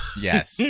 Yes